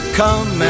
come